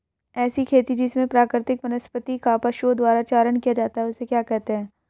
ऐसी खेती जिसमें प्राकृतिक वनस्पति का पशुओं द्वारा चारण किया जाता है उसे क्या कहते हैं?